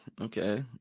Okay